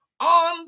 on